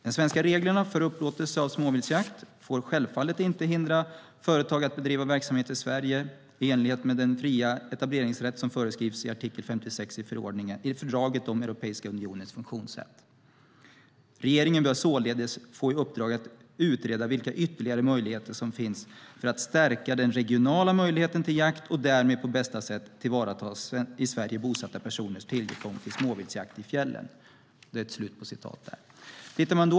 De svenska reglerna för upplåtelse av småviltsjakt får självfallet inte hindra företag att bedriva verksamhet i Sverige i enlighet med den fria etableringsrätt som föreskrivs i artikel 56 i fördraget om Europeiska unionens funktionssätt. Regeringen bör således få i uppdrag att utreda vilka ytterligare möjligheter som finns för att stärka den regionala möjligheten till jakt och därmed på bästa sätt tillvarata i Sverige bosatta personers tillgång till småviltsjakt i fjällen."